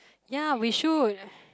ya we should